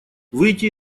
выйти